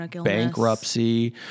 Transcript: bankruptcy